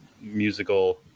musical